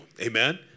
Amen